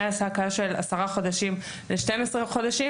מהעסקה של עשרה חודשים ל-12 חודשים,